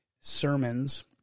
sermons